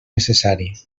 necessari